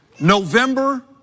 November